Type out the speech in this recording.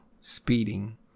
speeding